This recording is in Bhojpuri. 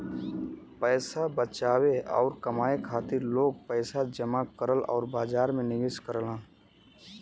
पैसा बचावे आउर कमाए खातिर लोग पैसा जमा करलन आउर बाजार में निवेश करलन